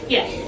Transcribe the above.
Yes